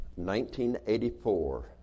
1984